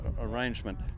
arrangement